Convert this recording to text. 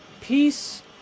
peace